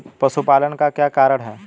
पशुपालन का क्या कारण है?